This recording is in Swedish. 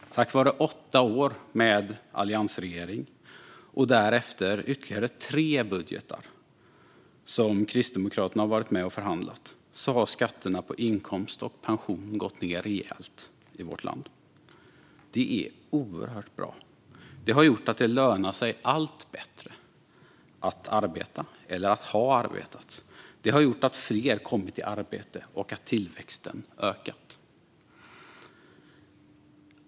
Tack vare åtta år med alliansregeringen och därefter ytterligare tre budgetar som Kristdemokraterna har varit med och förhandlat fram har skatterna på inkomst och pension gått ned rejält i vårt land. Detta är oerhört bra. Det har gjort att det lönar sig allt bättre att arbeta eller att ha arbetat. Det har gjort att fler har kommit i arbete och att tillväxten ökat.